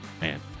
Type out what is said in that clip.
man